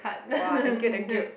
!wah! thank you thank you